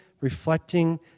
reflecting